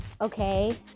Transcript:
okay